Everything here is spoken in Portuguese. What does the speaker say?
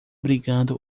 brincando